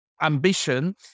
Ambition